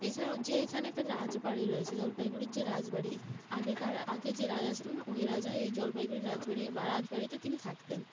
এছাড়াও যে এখানে একটা রাজবাড়ি রয়েছে জলপাইগুড়ির যে রাজবাড়ি আগেকার আগে যে রাজা ছিলেন ওই রাজা এই জলপাইগুড়ি রাজবাড়ি বা রাজবাড়িতে তিনি থাকতেন